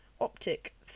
Optic